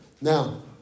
Now